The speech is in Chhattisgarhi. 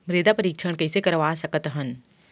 मृदा परीक्षण कइसे करवा सकत हन?